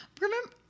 Remember